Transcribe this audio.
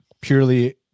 purely